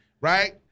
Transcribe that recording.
right